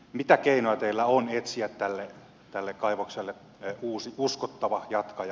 mitä keinoja teillä on etsiä tälle kaivokselle uusi uskottava jatkaja